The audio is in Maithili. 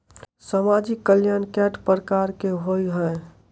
सामाजिक कल्याण केट प्रकार केँ होइ है?